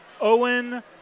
Owen